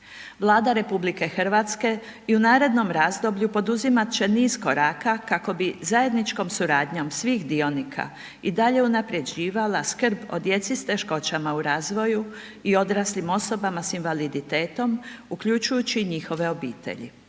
Vlada RH i u narednom razdoblju poduzimat će niz koraka kako bi zajedničkom suradnjom svih dionika i dalje unaprjeđivala skrb o djeci s teškoćama u razvoju i odraslim osobama s invaliditetom uključujući i njihove obitelji,